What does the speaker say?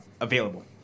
available